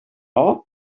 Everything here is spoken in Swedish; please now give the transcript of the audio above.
har